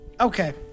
Okay